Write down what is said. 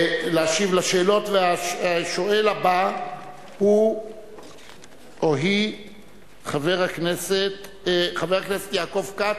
השואל הבא הוא חבר הכנסת יעקב כץ,